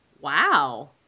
Wow